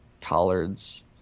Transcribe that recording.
collards